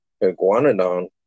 Iguanodon